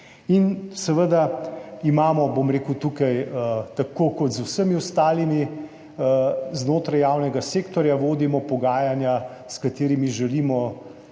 20 milijonov. Seveda tukaj tako kot z vsemi ostalimi znotraj javnega sektorja vodimo pogajanja, s katerimi želimo